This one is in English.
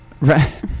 Right